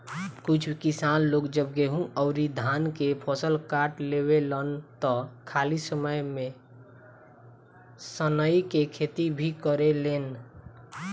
कुछ किसान लोग जब गेंहू अउरी धान के फसल काट लेवेलन त खाली समय में सनइ के खेती भी करेलेन